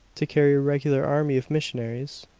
to carry a regular army of missionaries,